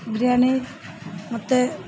ବିରିୟାନୀ ମୋତେ